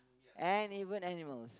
and even animals